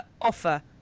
offer